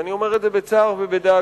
ואני אומר את זה בצער ובדאגה,